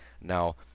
Now